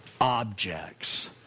objects